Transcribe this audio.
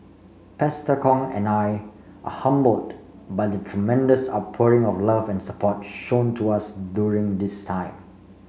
Pastor Kong and I are humbled by the tremendous outpouring of love and support shown to us during this time